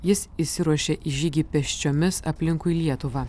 jis išsiruošė į žygį pėsčiomis aplinkui lietuvą